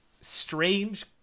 strange